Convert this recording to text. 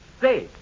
Say